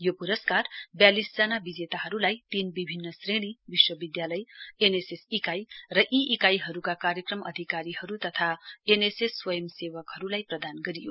यो प्रस्कार बयालिसजना विजेताहरूलाई तीन विभिन्न श्रेणी विश्वविद्यालय एनएसएस इकाई र यी इकाइहरूका कार्यक्रम अधिकारीहरू तथा एमएसएस स्वयं सेवकहरूलाई प्रदान गरियो